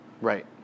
right